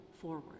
forward